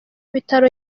bitaro